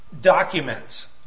documents